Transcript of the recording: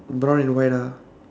brown and white ah